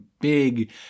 big